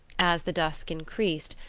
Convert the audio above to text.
as the dusk increased,